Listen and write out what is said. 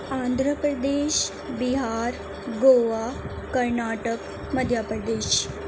Andhra Pradesh Bihar Goa Karnataka Madhya Pradesh